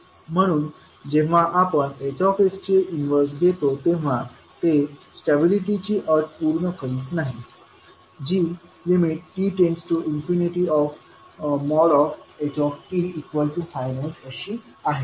म्हणून जेव्हा आपण Hचे इन्वर्स घेतो तेव्हा ते स्टॅबिलिटीची अट पूर्ण करीत नाही जी t∞htfinite अशी आहे